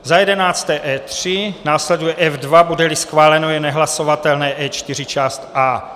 Za jedenácté E3, následuje F2, budeli schváleno, je nehlasovatelné E4 část A.